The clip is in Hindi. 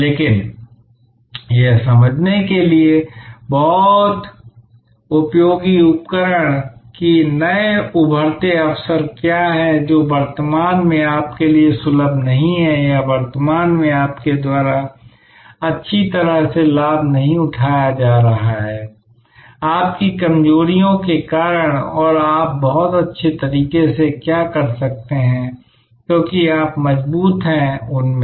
लेकिन यह समझने के लिए बहुत उपयोगी उपकरण कि नए उभरते अवसर क्या हैं जो वर्तमान में आपके लिए सुलभ नहीं हैं या वर्तमान में आपके द्वारा अच्छी तरह से लाभ नहीं उठाया जा रहा है आपकी कमजोरियों के कारण और आप बहुत अच्छे तरीके से क्या कर सकते हैं क्योंकि आप मजबूत हैं उन में